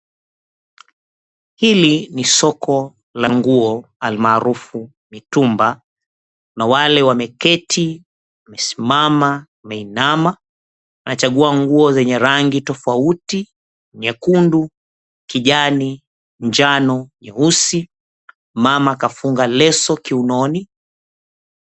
Hili ni soko la nguo almaarufu mitumba, na wale wameketi, wamesimama, wameinama wanachagua nguo zenye rangi tofauti, nyekundu, kijani, njano, nyeusi. Mama kafunga leso kiunoni.